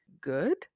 good